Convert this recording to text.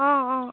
অঁ অঁ